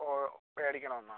ഓ മേടിക്കണം എന്നോ